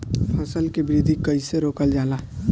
फसल के वृद्धि कइसे रोकल जाला?